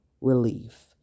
relief